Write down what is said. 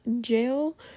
jail